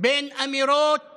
בין אמירות